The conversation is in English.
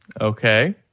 Okay